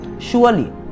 Surely